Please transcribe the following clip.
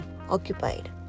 occupied